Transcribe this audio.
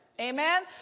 Amen